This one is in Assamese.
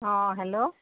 অঁ হেল্ল'